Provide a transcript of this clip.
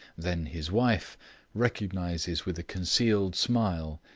then his wife recognizes with a concealed smile,